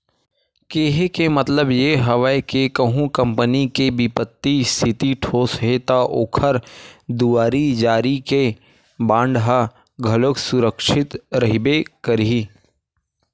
केहे के मतलब ये हवय के कहूँ कंपनी के बित्तीय इस्थिति ठोस हे ता ओखर दुवारी जारी के बांड ह घलोक सुरक्छित रहिबे करही